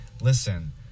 listen